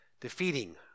Defeating